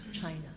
China